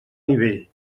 nivell